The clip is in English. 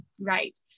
Right